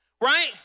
right